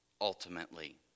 Ultimately